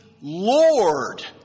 Lord